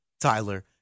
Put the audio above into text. Tyler